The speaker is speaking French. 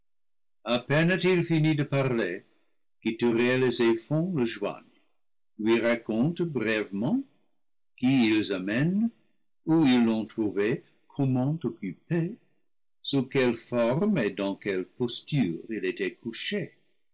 fini de parler qu'ithuriel et zéphon le joignent lui racontent brièvement qui ils amènent où ils l'ont trouvé comment occupé sous quelle forme et dans quelle posture il était couché